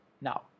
now